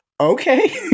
Okay